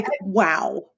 wow